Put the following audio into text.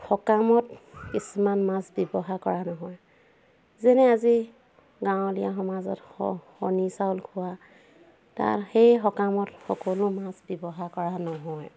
সকামত কিছুমান মাছ ব্যৱহাৰ কৰা নহয় যেনে আজি গাঁৱলীয়া সমাজত শনি চাউল খোৱা তাৰ সেই সকামত সকলো মাছ ব্যৱহাৰ কৰা নহয়